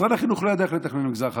משרד החינוך לא ידע איך לתכנון למגזר החרדי,